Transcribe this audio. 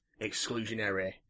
exclusionary